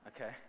Okay